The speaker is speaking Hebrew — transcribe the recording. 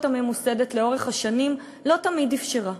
הממוסדת לאורך השנים לא תמיד אפשרה.